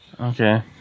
Okay